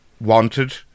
wanted